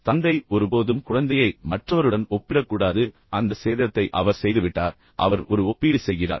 இப்போது தந்தை ஒருபோதும் குழந்தையை மற்றவருடன் ஒப்பிடக்கூடாது அந்த சேதத்தை அவர் செய்துவிட்டார் அவர் ஒரு ஒப்பீடு செய்கிறார்